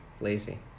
lazy